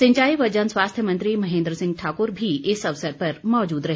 सिंचाई व जन स्वास्थ्य मंत्री महेन्द्र सिंह ठाकुर भी इस अवसर पर मौजूद रहे